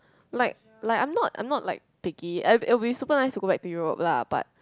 like like I'm not I'm not like picky it it will be super nice to go back to Europe lah but